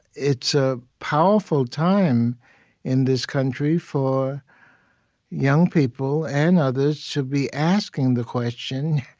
it's a powerful time in this country for young people and others to be asking the question,